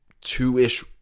two-ish